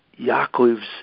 Yaakov's